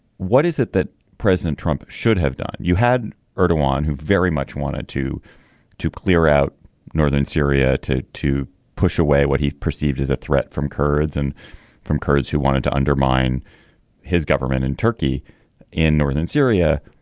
what is it that president trump should have done. you had heard juan who very much wanted to to clear out northern syria to to push away what he perceived as a threat from kurds and from kurds who wanted to undermine his government and turkey in northern syria.